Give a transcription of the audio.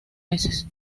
meses